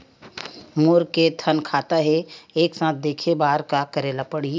मोर के थन खाता हे एक साथ देखे बार का करेला पढ़ही?